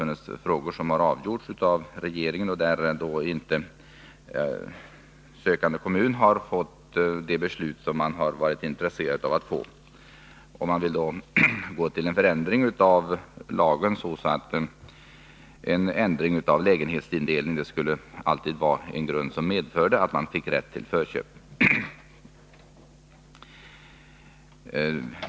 Vissa frågor har avgjorts av regeringen, varvid sökande kommun inte har fått det beslut den varit intresserad av att få. Man vill därför ha en förändring av lagen, innebärande att en ändring av lägenhetsindelning alltid skulle medföra rätt till förköp.